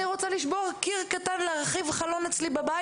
אני רוצה לשבור קיר קטן ולהרחיב חלון אצלי בבית,